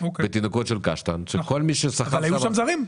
בתינוקות של קשטן --- אבל היו שם זרים.